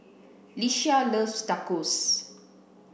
Ieshia loves Tacos